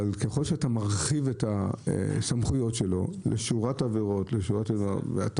אבל ככל שאתה מרחיב את הסמכויות שלו לשורת עבירות --- אדוני,